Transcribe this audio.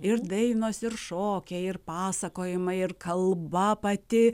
ir dainos ir šokiai ir pasakojimai ir kalba pati